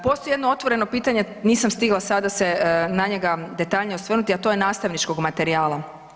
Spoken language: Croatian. Postoji jedno otvoreno pitanje, nisam stigla sada se na njega detaljnije osvrnuti, a to je nastavničkog materijala.